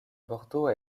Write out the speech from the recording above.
bordeaux